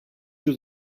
yüz